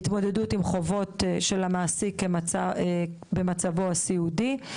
התמודדות עם חובות המעסיק במצבו הסיעודי.